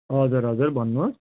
हजुर हजुर भन्नुहोस्